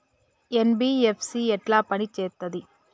NBFC ఎట్ల పని చేత్తది?